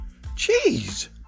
Jeez